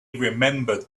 remembered